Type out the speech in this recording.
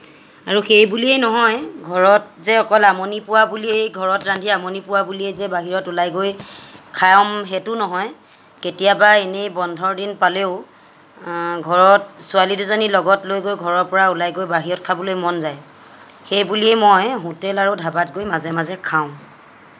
আৰু সেই বুলিয়েই নহয় ঘৰত যে আমনি পোৱা বুলিয়েই ঘৰত ৰান্ধি আমনি পোৱা বুলিয়েই যে বাহিৰত ওলাই গৈ খাম সেইটো নহয় কেতিয়াবা এনেই বন্ধ দিন পালেও ঘৰত ছোৱালী দুজনী লগত লৈ গৈ ঘৰৰ পৰা ওলাই গৈ বাহিৰত খাবলৈ মন যায় সেই বুলিয়েই মই হোটেল আৰু ধাবাত গৈ মাজে মাজে খাওঁ